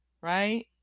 right